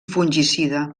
fungicida